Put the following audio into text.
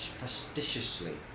fastidiously